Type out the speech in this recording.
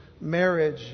marriage